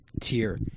tier